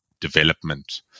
development